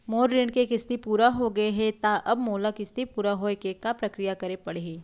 मोर ऋण के किस्ती पूरा होगे हे ता अब मोला किस्ती पूरा होए के का प्रक्रिया करे पड़ही?